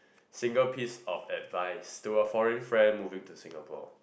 single piece of advice to a foreign friend moving to Singapore